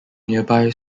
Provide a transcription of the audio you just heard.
nearby